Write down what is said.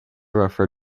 refer